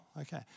okay